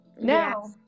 now